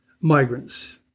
migrants